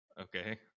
Okay